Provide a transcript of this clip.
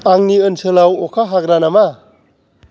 आंनि ओनसोलाव अखा हाग्रा नामा